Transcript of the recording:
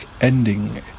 ending